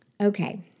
Okay